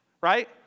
Right